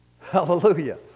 Hallelujah